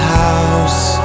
house